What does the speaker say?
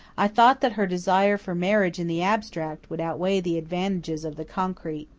i thought that her desire for marriage in the abstract would outweigh the disadvantages of the concrete.